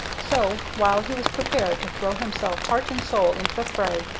so, while he was prepared to throw himself heart and soul into the fray,